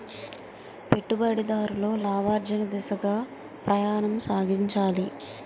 పెట్టుబడిదారులు లాభార్జన దిశగా ప్రయాణం సాగించాలి